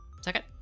second